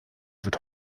wird